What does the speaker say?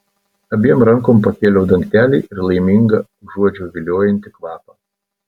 abiem rankom pakėliau dangtelį ir laiminga uodžiau viliojantį kvapą